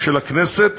של הכנסת